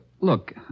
Look